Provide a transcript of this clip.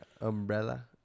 Umbrella